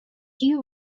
you